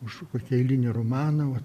už kokį eilinį romaną va